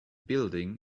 building